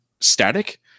static